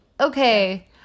okay